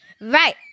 Right